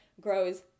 grows